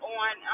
on